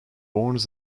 warns